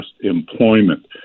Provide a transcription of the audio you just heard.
employment